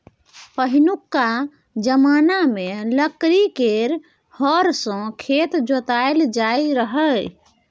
पहिनुका जमाना मे लकड़ी केर हर सँ खेत जोताएल जाइत रहय